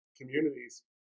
communities